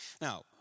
Now